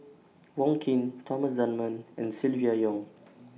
Wong Keen Thomas Dunman and Silvia Yong